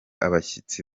abashyitsi